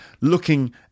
looking